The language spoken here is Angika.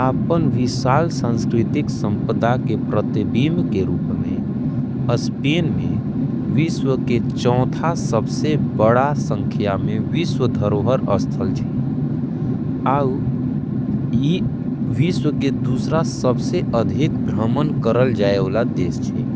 अपन विशाल सांस्कृतिक संपदा के प्रतिबिंब के रूप। में स्पेन में विश्व में चौथा सबसे बड़ा संख्या के रूप में। विश्व धरोहर पायल जाए आऊ ये विश्व के दूसरा। सबसे ज्यादा भ्रमण करे वाला छेत्र